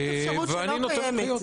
זאת אפשרות שלא קיימת.